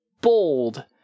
bold